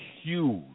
huge